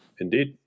Indeed